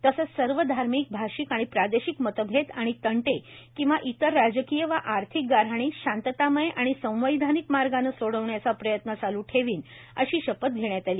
तसेच सर्व धार्मिक भाषिक किंवा प्रादेशिक मतभेद आणि तंटे किंवा इतर राजकीय वा आर्थिक गाऱ्हाणी शांततामय आणि संविधानिक मार्गाने सोडविण्याचा प्रयत्न चालू ठेवीन अशी शपथ घेण्यात आली